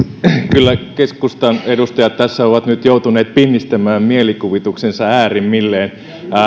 kyllä keskustan edustajat tässä ovat nyt joutuneet pinnistämään mielikuvituksensa äärimmilleen